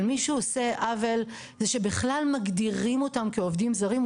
אבל מי שעושה עוול זה שבכלל מגדירים אותם כעובדים זרים,